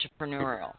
entrepreneurial